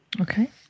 Okay